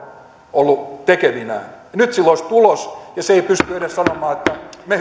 ollut tekevinään nyt sillä olisi tulos ja se ei pysty edes sanomaan että me